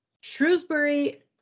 Shrewsbury